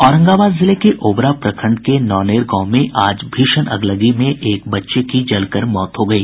औरंगाबाद जिले के ओबरा प्रखंड के नौनेर गांव में आज दोपहर भीषण अगलगी में एक बच्चे की जलकर मौत हो गयी